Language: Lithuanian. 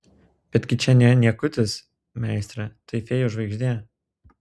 betgi čia ne niekutis meistre tai fėjų žvaigždė